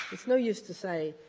it's no use to say,